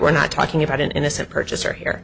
we're not talking about an innocent purchaser here